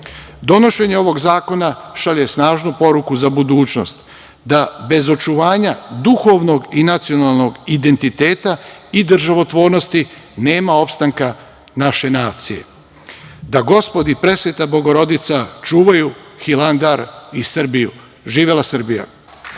Hilandar. Donošenje ovog zakona šalje snažnu poruku za budućnost, da bez očuvanja duhovnog i nacionalnog identiteta i državotvornosti nema opstanka naše nacije. Da Gospod i Presveta Bogorodica čuvaju Hilandar i Srbiju. Živela Srbija!